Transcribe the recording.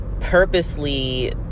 purposely